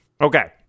Okay